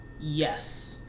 yes